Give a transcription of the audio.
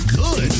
good